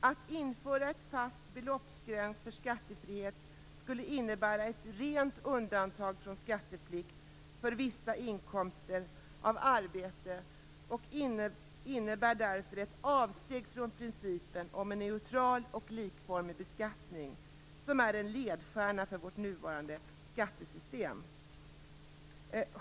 Att införa en fast beloppsgräns för skattefrihet skulle innebära ett rent undantag från skatteplikt för vissa inkomster av arbete och vore därför ett avsteg från principen om en neutral och likformig beskattning - en ledstjärna i vårt nuvarande skattesystem.